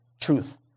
truth